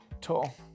tall